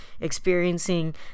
experiencing